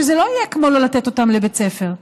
שזה לא יהיה כמו לא לתת אותם לבית ספר.